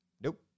Nope